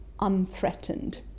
unthreatened